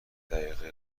دقیقه